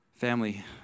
Family